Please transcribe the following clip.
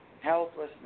Helplessness